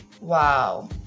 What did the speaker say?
Wow